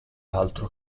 altro